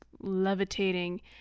levitating